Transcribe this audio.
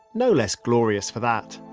no less glorious for that